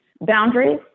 Boundaries